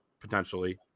potentially